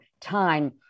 time